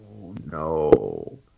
no